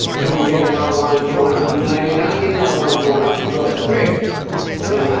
can we get another one drawn up? no, we can't get another one drawn up you've got a script you know?